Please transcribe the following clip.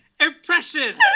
Impression